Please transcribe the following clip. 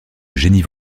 génie